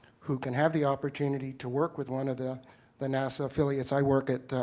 who can have the opportunity to work with one of the the nasa affiliates. i work at,